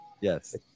Yes